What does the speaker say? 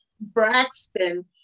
Braxton